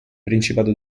principato